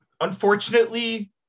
unfortunately